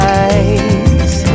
eyes